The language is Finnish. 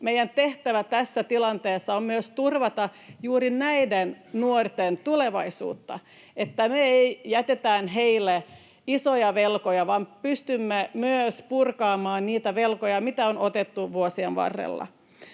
meidän tehtävämme tässä tilanteessa on myös turvata juuri näiden nuorten tulevaisuutta niin, että me emme jätä heille isoja velkoja vaan pystymme myös purkamaan niitä velkoja, mitä on otettu vuosien varrella.